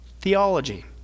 Theology